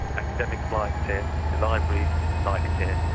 academics liked it, the libraries liked it,